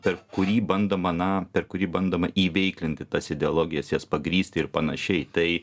per kurį bandoma na per kurį bandoma įveiklinti tas ideologijas jas pagrįsti ir panašiai tai